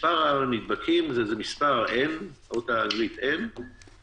מספר הנדבקים הוא מספר ה-N שהוא מוגדר,